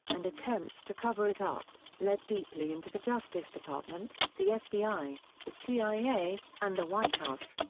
and attempts to cover it up, led deeply into the justice department, the fbi, the cia, and the white house.